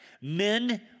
Men